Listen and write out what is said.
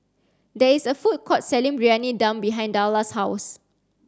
there is a food court selling Briyani Dum behind Darla's house